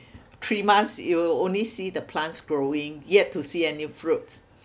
three months you will only see the plants growing yet to see any fruits